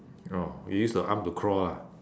oh they use the arm to crawl lah